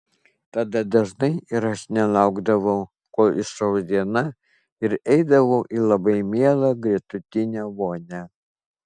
tada dažnai ir aš nelaukdavau kol išauš diena ir eidavau į labai mielą gretutinę vonią